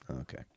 Okay